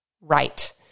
Right